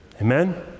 Amen